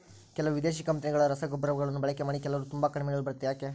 ಕೆಲವು ವಿದೇಶಿ ಕಂಪನಿಗಳ ರಸಗೊಬ್ಬರಗಳನ್ನು ಬಳಕೆ ಮಾಡಿ ಕೆಲವರು ತುಂಬಾ ಕಡಿಮೆ ಇಳುವರಿ ಬರುತ್ತೆ ಯಾಕೆ?